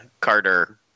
Carter